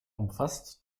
umfasst